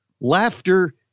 laughter